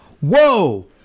Whoa